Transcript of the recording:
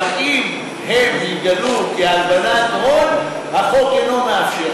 אבל אם הם יתגלו כהלבנת הון, החוק אינו מאפשר.